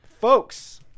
Folks